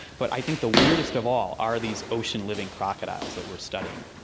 but i think the weirdest of all are these ocean living crocodiles that we're studying.